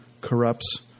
corrupts